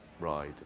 ride